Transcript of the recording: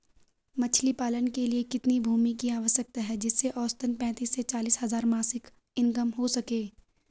मछली पालन के लिए कितनी भूमि की आवश्यकता है जिससे औसतन पैंतीस से चालीस हज़ार मासिक इनकम हो सके?